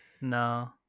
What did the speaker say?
No